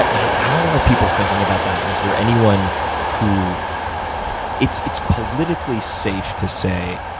ah how are people thinking about that, and is there anyone who it's it's politically safe to say,